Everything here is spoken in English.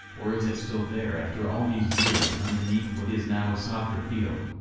or is it still there after all these years underneath what is now a soccer field?